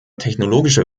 technologische